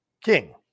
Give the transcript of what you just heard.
king